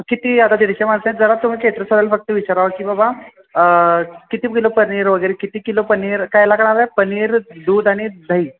मग किती आता दीडशे माणसाच्या जरा तुम्ही केटर्सवाल्याला फक्त विचारावं की बाबा किती किलो पनीर वगैरे किती किलो पनीर काय लागणार आहे हवे पनीर दूध आणि दही